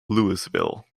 louisville